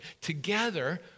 Together